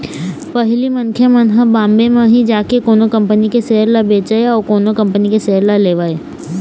पहिली मनखे मन ह बॉम्बे म ही जाके कोनो कंपनी के सेयर ल बेचय अउ कोनो कंपनी के सेयर ल लेवय